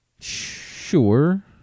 sure